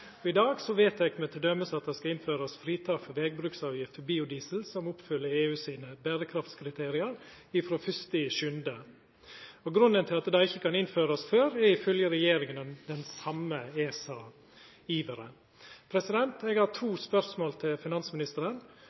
ESA-notifiserast. I dag vedtek me t.d. at det skal innførast fritak frå vegbruksavgift for biodiesel som oppfyller EU sine berekraftskriterium, frå 1. juli. Grunnen til at det ikkje kan innførast før, er ifølgje regjeringa den same ESA-iveren. Eg har to spørsmål til finansministeren: